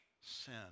sin